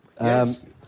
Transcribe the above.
Yes